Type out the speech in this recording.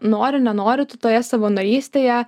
nori nenori tu toje savanorystėje